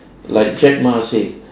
like jack ma said